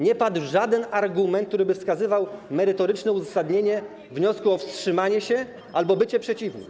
Nie padł żaden argument, który by wskazywał merytoryczne uzasadnienie wniosku o wstrzymanie się albo bycie przeciwnym.